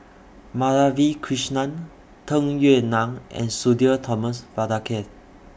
Madhavi Krishnan Tung Yue Nang and Sudhir Thomas Vadaketh